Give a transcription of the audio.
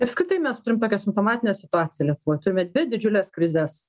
apskritai mes turim tokią simptomatinę situaciją lietuvoj turime dvi didžiules krizes